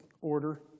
order